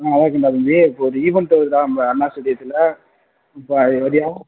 ஆ நல்லாயிருக்கீங்களா தம்பி இப்போ ஒரு ஈவென்ட் இருக்குதுடா நம்ம அண்ணா ஸ்டேடியத்தில் இப்போ அதுக்கு வரியா